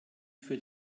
für